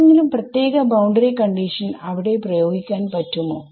ഏതെങ്കിലും പ്രത്യേക boundary condition അവിടെ പ്രയോഗിക്കാൻ പറ്റുമോ